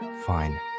Fine